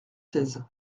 seize